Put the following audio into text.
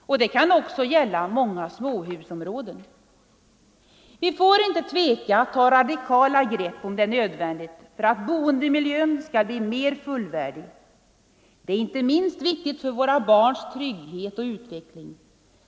Det kan också gälla många småhusområden. Vi får inte tveka att ta radikala grepp om det är nödvändigt för att boendemiljön skall bli mer fullvärdig. Det är inte minst viktigt för våra barns trygghet och utveckling.